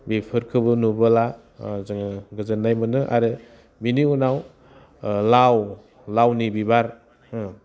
बेफोरखौबो नुबोला जोङो गोजोन्नाय मोनो आरो बिनि उनाव लाव लावनि बिबार